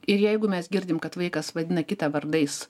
ir jeigu mes girdim kad vaikas vadina kitą vardais